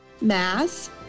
Mass